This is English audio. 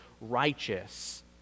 righteous